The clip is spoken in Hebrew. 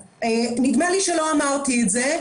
נדמה לי שלא אמרתי את זה,